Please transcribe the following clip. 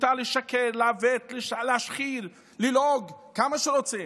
מותר לשקר, לעוות, להשחיר, ללעוג כמה שרוצים.